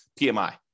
PMI